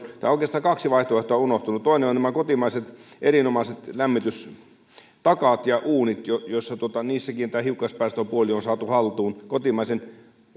tai oikeastaan kaksi vaihtoehtoa on tässä unohtunut toinen on nämä kotimaiset erinomaiset lämmitystakat ja uunit joissa niissäkin tämä hiukkaspäästöpuoli on saatu haltuun kotimaisella